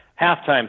halftime